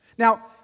Now